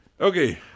Okay